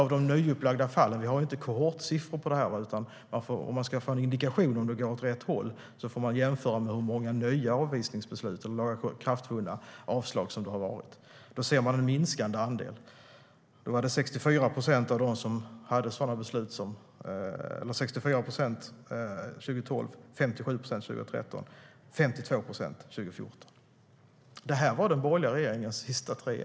Vi har inte kohortsiffror på det här. Om man ska få en indikation på om det går åt rätt håll får man jämföra med hur många nya lagakraftvunna avslag det har varit. Som en andel av de nyupplagda fallen ser man en minskande andel: 64 procent 2012, 57 procent 2013 och 52 procent 2014. Det var under den borgerliga regeringens tre sista år.